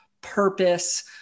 purpose